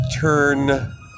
turn